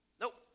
nope